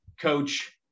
coach